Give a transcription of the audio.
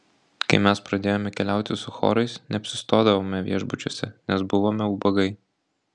kai mes pradėjome keliauti su chorais neapsistodavome viešbučiuose nes buvome ubagai